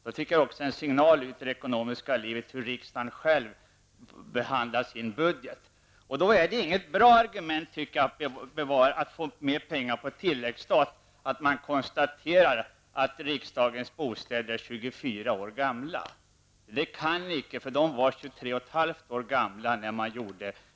Då tycker jag att det också är en signal ut till det ekonomiska livet hur riksdagen själv behandlar sin budget. Då är det inte något bra argument att få mer pengar på tilläggsstat och att man konstaterar att riksdagens bostäder är 24 år gamla. Det kan man inte, eftersom de var 23,5 år gamla vid petitatillfället.